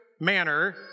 manner